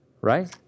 right